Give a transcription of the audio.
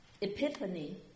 epiphany